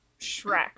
Shrek